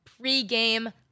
pre-game